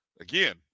again